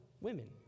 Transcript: women